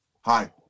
Hi